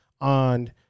on